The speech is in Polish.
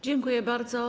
Dziękuję bardzo.